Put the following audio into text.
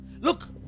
Look